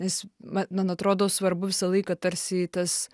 nes ma man atrodo svarbu visą laiką tarsi tas